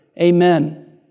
Amen